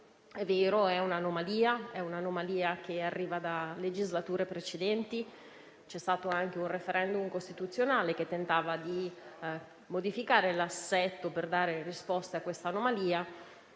È vero: è un'anomalia che arriva da legislature precedenti. C'è stato anche un *referendum* costituzionale che ha tentato di modificare l'assetto per dare risposta a tale anomalia.